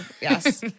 Yes